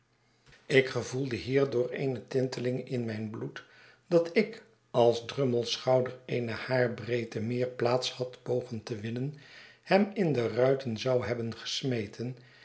ik gevoelde hier door eene tinteling in mijn bloed dat ik als drummle's schouder eene haarbreedte meer plaats had pogen te winnen hem in de ruiten zou hebben gesmeten